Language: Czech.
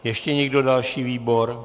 Ještě někdo další výbor?